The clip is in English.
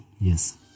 Yes